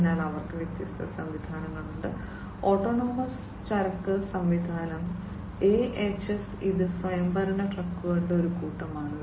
അതിനാൽ അവർക്ക് വ്യത്യസ്ത സംവിധാനങ്ങളുണ്ട് ഓട്ടോണമസ് ചരക്ക് സംവിധാനം എഎച്ച്എസ് ഇത് സ്വയംഭരണ ട്രക്കുകളുടെ ഒരു കൂട്ടമാണ്